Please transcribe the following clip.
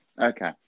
Okay